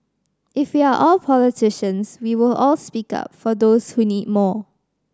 if we are all politicians we will all speak up for those who need more